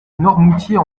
noirmoutier